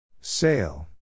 Sail